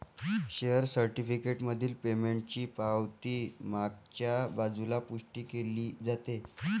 share certificate मधील पेमेंटची पावती मागच्या बाजूला पुष्टी केली जाते